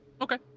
Okay